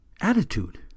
attitude